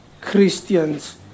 Christians